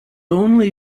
only